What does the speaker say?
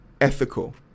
ethical